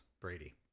Brady